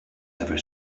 ever